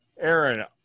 Aaron